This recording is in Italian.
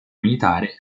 militare